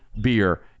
beer